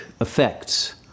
effects